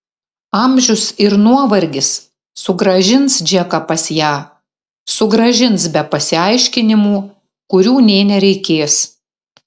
amžius ir nuovargis sugrąžins džeką pas ją sugrąžins be pasiaiškinimų kurių nė nereikės